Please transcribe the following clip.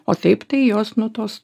o taip tai jos nu tos